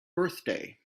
birthday